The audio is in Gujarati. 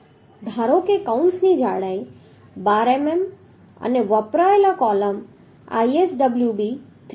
ધારો કે કૌંસની જાડાઈ 12 મીમી અને વપરાયેલ કોલમ ISWB 350 છે